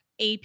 AP